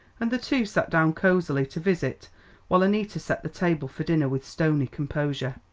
and the two sat down cosily to visit while annita set the table for dinner with stony composure.